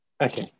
Okay